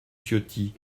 ciotti